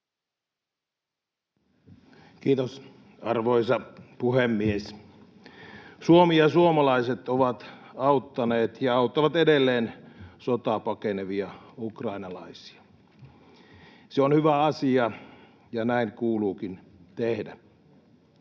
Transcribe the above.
Kiitos, arvoisa puhemies! Suomi ja suomalaiset ovat auttaneet ja auttavat edelleen sotaa pakenevia ukrainalaisia. Se on hyvä asia, ja näin kuuluukin tehdä.